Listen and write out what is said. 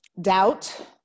doubt